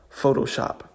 Photoshop